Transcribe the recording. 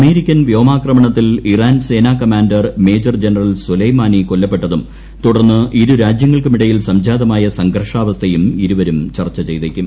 American വ്യോമാക്രമണത്തിൽ Iran സേനാ commander major general Soleimani കൊല്ലപ്പെട്ടതും തുടർന്ന് ഇരുരാജ്യങ്ങൾക്കുമിടയിൽ സംജാതമായ സംഘർഷാവസ്ഥയും ഇരുവരും ചർച്ച ചെയ്തേക്കും